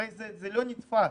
זה לא נתפס.